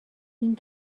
این